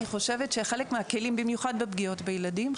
חושבת שחלק מהכלים במיוחד בפגיעות בילדים,